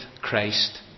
Christ